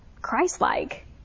Christ-like